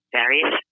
various